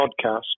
podcast